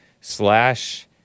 slash